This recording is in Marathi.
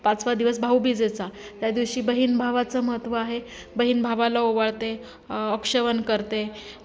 पाचवा दिवस भाऊ बिजेचा त्या दिवशी बहीण भावाचं महत्त्व आहे बहीण भावाला ओवाळते औक्षण करते